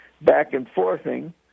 back-and-forthing